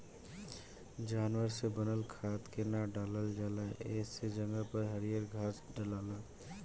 जानवर से बनल खाद के ना डालल जाला ए जगह पर हरियर घास डलाला